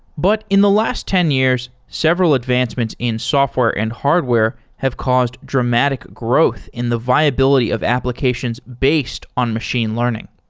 but in the last ten years, several advancements in software and hardware have caused dramatic growth in the viability of applications based on machine learning.